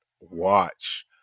watch